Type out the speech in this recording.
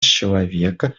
человека